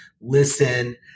listen